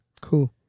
cool